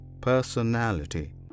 personality